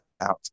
out